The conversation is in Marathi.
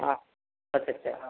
हो अच्छा अच्छा